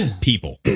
People